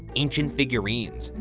ancient figurines,